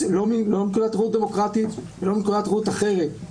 לא מנקודת ראות דמוקרטית ולא מנקודת ראות אחרת,